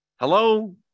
Hello